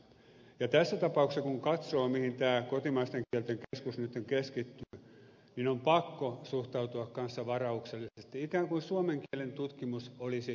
ja tässä tapauksessa kun katsoo mihin tämä kotimaisten kielten keskus nytten keskittyy niin on pakko suhtautua kanssa varauksellisesti ikään kuin suomen kielen tutkimus olisi valmista